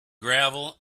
gravel